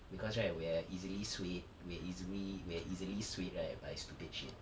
because right we're easily swayed we're easily we're easily swayed right by stupid shit